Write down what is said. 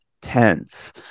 tense